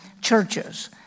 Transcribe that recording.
churches